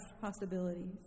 possibilities